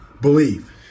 believe